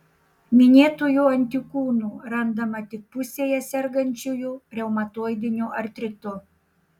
minėtųjų antikūnų randama tik pusėje sergančiųjų reumatoidiniu artritu